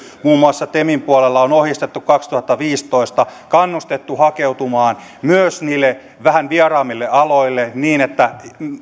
muun muassa temin puolella on kaksituhattaviisitoista ohjeistettu ja kannustettu hakeutumaan myös niille vähän vieraammille aloille niin että